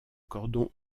cordon